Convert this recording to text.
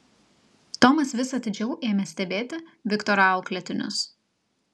tomas vis atidžiau ėmė stebėti viktoro auklėtinius